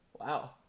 Wow